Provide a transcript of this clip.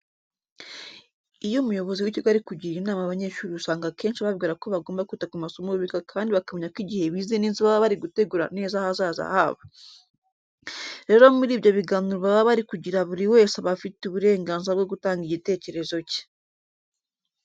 Iyo umuyobozi w'ikigo ari kugira inama abanyeshuri usanga akenshi ababwira ko bagomba kwita ku masomo biga kandi bakamenya ko igihe bize neza baba bari gutegura neza ahazaza habo. Rero muri ibyo biganiro baba bari kugira buri wese aba afite uburenganzira bwo gutanga igitekerezo cye.